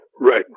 Right